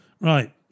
Right